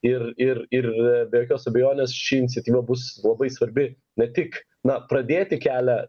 ir ir ir be jokios abejonės ši iniciatyva bus labai svarbi ne tik na pradėti kelią